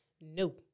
No